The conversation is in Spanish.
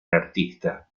artista